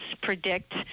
predict